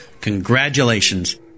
congratulations